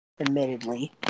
Admittedly